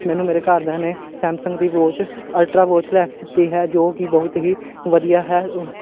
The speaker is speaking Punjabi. ਮੈਨੂੰ ਮੇਰੇ ਘਰਦਿਆਂ ਨੇ ਸੈਮਸੰਗ ਦੀ ਵੋਚ ਅਲਟਰਾ ਵੋਚ ਲੈ ਕੇ ਦਿੱਤੀ ਹੈ ਜੋ ਕਿ ਬਹੁਤ ਹੀ ਵਧੀਆ ਹੈ